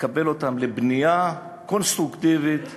לקבל אותן לבנייה קונסטרוקטיבית,